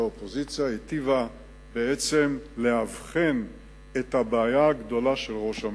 היטיבה בנאום שלה בעצם לאבחן את הבעיה הגדולה של ראש הממשלה.